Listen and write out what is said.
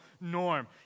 norm